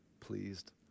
pleased